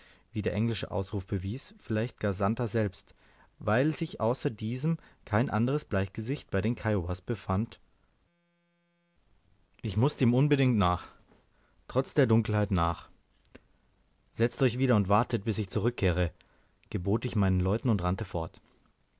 wie der englische ausruf bewies vielleicht gar santer selbst weil sich außer diesem kein anderes bleichgesicht bei den kiowas befand ich mußte ihm unbedingt nach trotz der dunkelheit nach setzt euch wieder nieder und wartet bis ich zurückkehre gebot ich meinen leuten und rannte fort